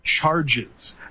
charges